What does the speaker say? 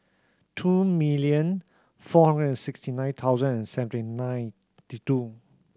two million four hundred and sixty nine thousand and seventy ninety two